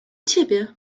ciebie